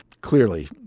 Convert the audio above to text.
Clearly